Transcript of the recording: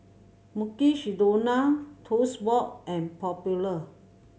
Mukshidonna Toast Box and Popular